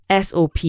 SOP